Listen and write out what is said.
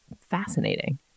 fascinating